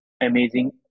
amazing